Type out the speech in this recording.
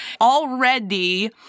Already